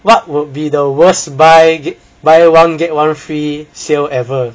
what would be the worst bye ge~ bye one get one free sale ever